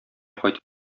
кайтып